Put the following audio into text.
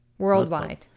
Worldwide